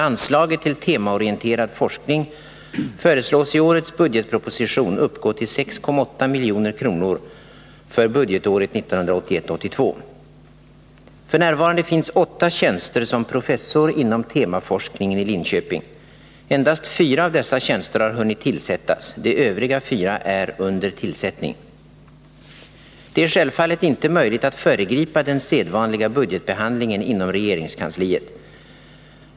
Anslaget till temaorienterad forskning föreslås i årets budgetproposition uppgå till 6,8 milj.kr. för budgetåret 1981/82. F.n. finns åtta tjänster som professor inom temaforskningen i Linköping. Endast fyra av dessa tjänster har hunnit tillsättas, de övriga fyra är under tillsättning. Det är självfallet inte möjligt att föregripa den sedvanliga budgetbehandlingen inom regeringskansliet.